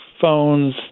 phones